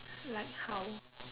like how